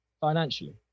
financially